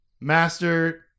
master